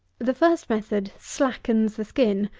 the first method slackens the skin,